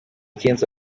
kenzo